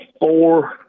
four